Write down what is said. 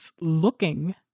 looking